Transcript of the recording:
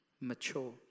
mature